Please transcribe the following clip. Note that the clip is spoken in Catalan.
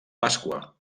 pasqua